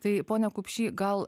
tai pone kupšį gal